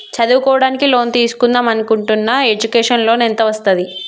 చదువుకోవడానికి లోన్ తీస్కుందాం అనుకుంటున్నా ఎడ్యుకేషన్ లోన్ ఎంత వస్తది?